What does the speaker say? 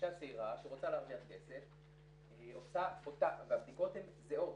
אישה צעירה שרוצה להרוויח כסף, והבדיקות הן זהות.